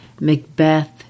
Macbeth